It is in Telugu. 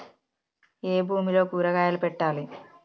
ఏ భూమిలో కూరగాయలు పెట్టాలి?